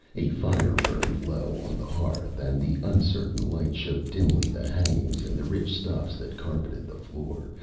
a fire burned low on the hearth, and the uncertain light showed dimly the hangings and the rich stuffs that carpeted the floor,